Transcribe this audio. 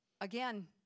Again